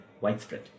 widespread